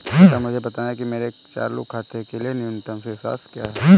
कृपया मुझे बताएं कि मेरे चालू खाते के लिए न्यूनतम शेष राशि क्या है?